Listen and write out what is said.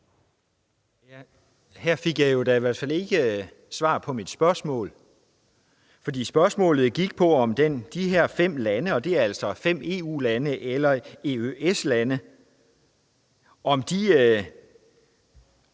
Her fik jeg jo da i hvert fald ikke svar på mit spørgsmål. For spørgsmålet gik på, om de her fem lande – og det er altså fem EU-lande eller EØS-lande – har